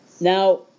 now